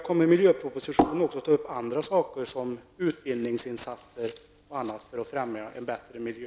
Kommer miljöpropositionen även att ta upp sådant som exempelvis utbildningsinsatser i syfte att främja en bättre miljö?